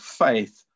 faith